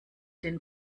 den